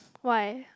why